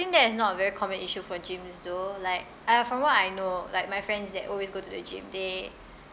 that is not a very common issue for gyms though like uh from what I know like my friends that always go to the gym they